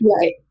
Right